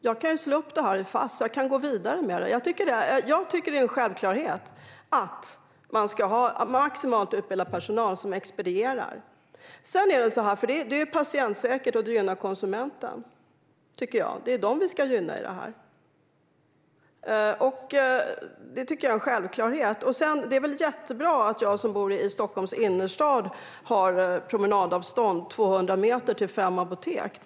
Jag kan ju slå upp detta i Fass. Jag kan gå vidare med det. Men jag tycker att det är en självklarhet att man ska ha maximalt utbildad personal som expedierar. Det är ju patientsäkert, och det gynnar konsumenterna. Det är dem vi ska gynna i detta; det tycker jag är en självklarhet. Det är väl jättebra att jag som bor i Stockholms innerstad har promenadavstånd - 200 meter - till fem apotek.